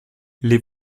les